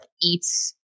eats